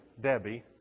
Debbie